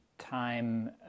time